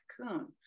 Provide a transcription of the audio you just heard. cocoon